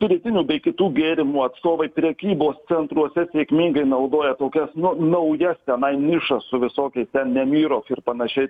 spiritinių bei kitų gėrimų atstovai prekybos centruose sėkmingai naudoja tokias nu naujas tenai nišas su visokiais ten nemyrof ir panašiai